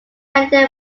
many